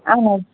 اہن حظ